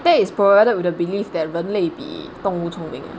that is provided with the belief that 人类比动物聪明